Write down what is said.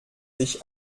sich